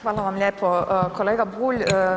Hvala vam lijepo kolega Bulj.